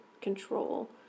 control